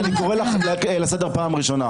חברת הכנסת רייטן, אני קורא אותך לסדר פעם ראשונה.